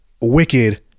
Wicked